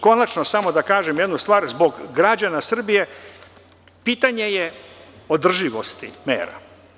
Konačno, samo da kažem jednu stvar, zbog građana Srbije, pitanje je održivosti mera.